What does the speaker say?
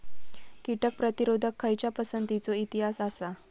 कीटक प्रतिरोधक खयच्या पसंतीचो इतिहास आसा?